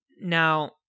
now